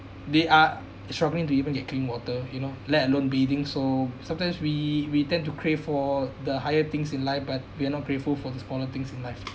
they are struggling to even get clean water you know let alone bathing so sometimes we we tend to crave for the higher things in life but we are not grateful for the smaller things in life